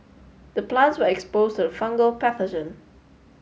the plants were exposed to the fungal pathogen